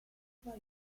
idea